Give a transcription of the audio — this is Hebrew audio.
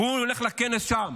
והוא הולך לכנס שם,